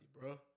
bro